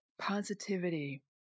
positivity